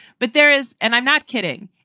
but there is. and i'm not kidding.